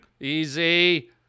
Easy